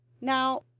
Now